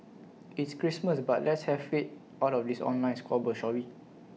it's Christmas but let's leave faith out of this online squabble shall we